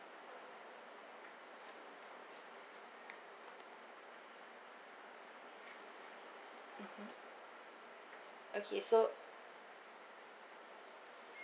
mmhmm okay so